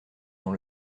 dans